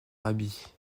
habit